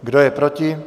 Kdo je proti?